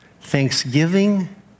thanksgiving